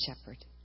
shepherd